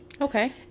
Okay